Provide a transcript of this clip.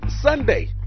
Sunday